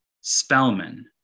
Spellman